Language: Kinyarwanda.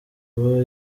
aba